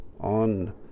On